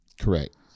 correct